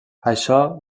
això